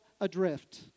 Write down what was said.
adrift